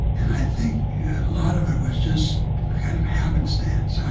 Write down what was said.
and i think a lot of it was just kind of happenstance.